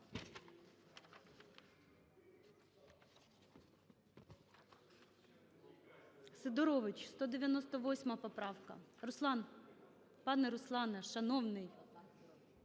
Сидорович, 198-а поправка. Руслан! Пане Руслане, шановний.